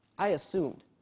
i assumed.